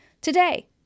Today